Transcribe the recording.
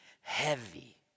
heavy